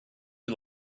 you